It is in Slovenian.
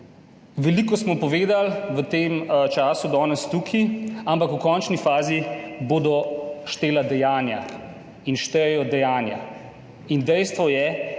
tukaj povedali v tem času, ampak v končni fazi bodo štela dejanja, štejejo dejanja. In dejstvo je,